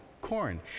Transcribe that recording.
corn